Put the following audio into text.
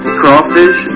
crawfish